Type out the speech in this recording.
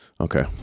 okay